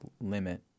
limit